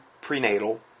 prenatal